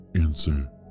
Answer